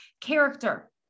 Character